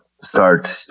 start